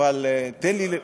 אבל תן לי,